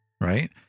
right